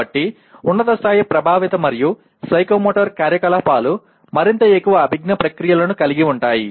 కాబట్టి ఉన్నత స్థాయి ప్రభావిత మరియు సైకోమోటర్ కార్యకలాపాలు మరింత ఎక్కువ అభిజ్ఞా ప్రక్రియలను కలిగి ఉంటాయి